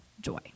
joy